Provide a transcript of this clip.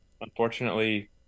unfortunately